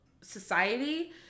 society